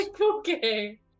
Okay